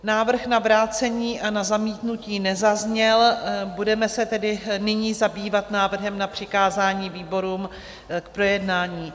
Návrh na vrácení a na zamítnutí nezazněl, budeme se tedy nyní zabývat návrhem na přikázání výborům k projednání.